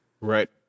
right